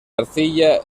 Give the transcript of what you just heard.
arcilla